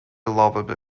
lovable